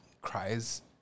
cries